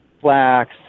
flax